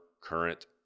current